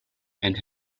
and